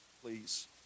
Please